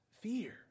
fear